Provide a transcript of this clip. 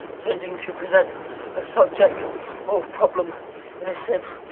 tending to present a subject or problem in a sim.